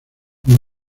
uno